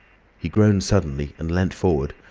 he groaned suddenly and leant forward,